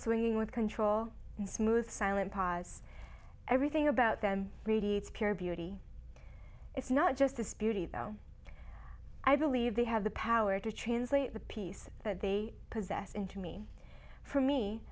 swinging with control and smooth silent pas everything about them radiates pure beauty it's not just this beauty though i believe they have the power to translate the piece that they possess into me for me